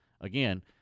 again